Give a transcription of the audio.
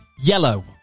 yellow